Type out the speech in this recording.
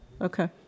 Okay